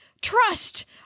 trust